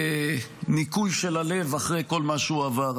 כמעט ניקוי של הלב, אחרי כל מה שהוא עבר.